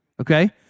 okay